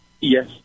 Yes